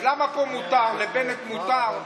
אז למה פה מותר, לבנט מותר?